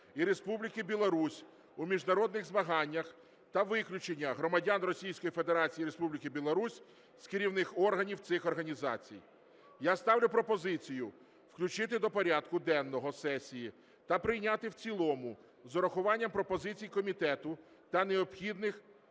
і Республіки Білорусь у міжнародних змаганнях та виключення громадян Російської Федерації, Республіки Білорусь з керівних органів цих організацій. Я ставлю пропозицію включити до порядку денного сесії та прийняти в цілому з урахуванням пропозицій комітету та необхідних